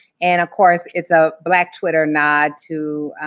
and of course, it's a black twitter nod to,